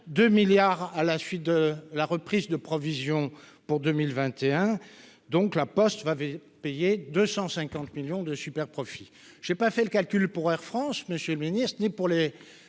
2 milliards à la suite de la reprise de provisions pour 2021, donc la Poste va payer 250 millions de super-profits j'ai pas fait le calcul pour Air France, Monsieur le Ministre, est pour les